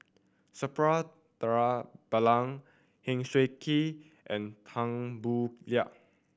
Suppiah Dhanabalan Heng Swee Keat and Tan Boo Liat